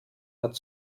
hat